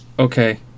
okay